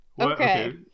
Okay